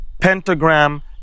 pentagram